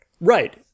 Right